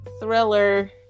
thriller